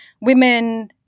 women